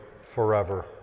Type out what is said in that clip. forever